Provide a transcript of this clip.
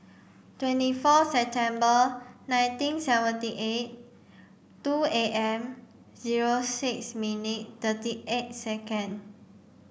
twenty four September nineteen seventy eight two A M zero six minute thirty eight second